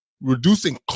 reducing